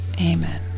Amen